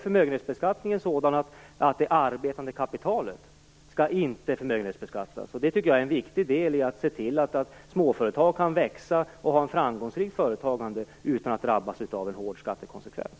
Förmögenhetsbeskattningen är ju sådan att det arbetande kapitalet inte skall förmögenhetsbeskattas. Jag tycker att det är en viktig del i att se till att småföretag kan växa och ha ett framgångsrikt företagande utan att drabbas av en hård skattekonsekvens.